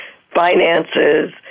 finances